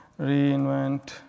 reinvent